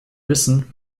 wissen